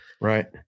Right